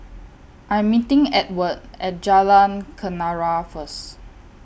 I'm meeting Edward At Jalan Kenarah First